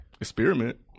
Experiment